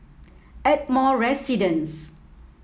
Ardmore Residence